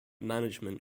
management